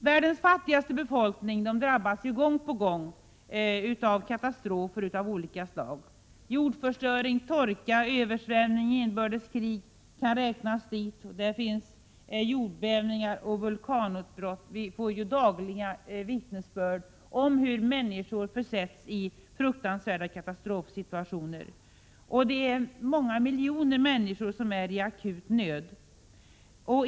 Världens fattigaste befolkning drabbas gång på gång av katastrofer av olika slag. Jordförstöring, torka, översvämning, inbördeskrig, jordbävningar och vulkanutbrott kan räknas dit. Vi får ju dagliga vittnesbörd om hur människor försätts i fruktansvärda katastrofsituationer. Många miljoner människor är i akut nöd.